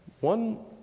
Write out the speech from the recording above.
one